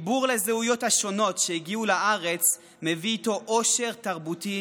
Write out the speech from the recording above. חיבור לזהויות השונות שהגיעו לארץ מביא איתו עושר תרבותי